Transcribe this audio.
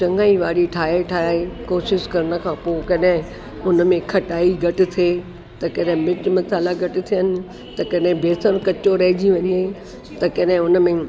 चङाई वारी ठाहे ठाहे कोशिशि करण खां पोइ कॾहिं उन में खटाई घटि थिए त कॾहिं मिर्चु मसाला घटि थियनि त कॾहिं बेसण कचो रहिजी वञे त कॾहिं उन में